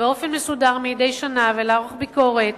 באופן מסודר מדי שנה ולערוך ביקורת